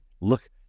look